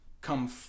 come